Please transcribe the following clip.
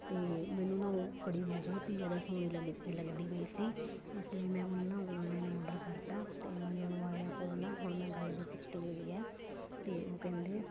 ਅਤੇ ਮੈਨੂੰ ਨਾ ਉਹ ਘੜੀ ਬਹੁਤ ਹੀ ਜ਼ਿਆਦਾ ਸੋਹਣੀ ਲੱਗ ਲੱਗਦੀ ਹੋਈ ਸੀ ਇਸ ਲਈ ਮੈਂ ਉਹਨੂੰ ਨਾ ਓਨਲਾਈਨ ਆਰਡਰ ਕਰਤਾ ਅਤੇ ਐਮਾਜੋਨ ਵਾਲਿਆਂ ਕੋਲ ਨਾ ਹੁਣ ਮੈਂ ਗੱਲ ਵੀ ਕੀਤੀ ਹੋਈ ਹੈ ਅਤੇ ਉਹ ਕਹਿੰਦੇ